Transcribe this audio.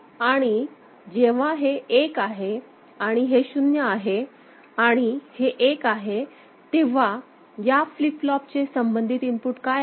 आणि जेव्हा हे 1 आहे आणि हे 0 आहे आणि हे 1 आहे तेव्हा या फ्लिप फ्लॉपचे संबंधित इनपुट काय आहेत